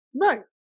Right